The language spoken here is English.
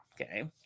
Okay